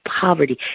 poverty